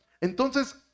Entonces